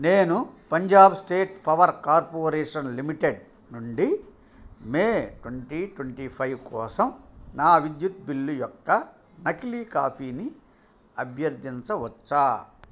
నేను Punjab state power corporation limited నుండి May twenty twenty five కోసం నా విద్యుత్ బిల్లు యొక్క నకిలీ కాపీని అభ్యర్థించవచ్చా